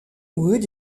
wood